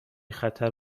خطری